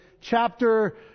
chapter